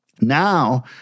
Now